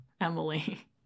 Emily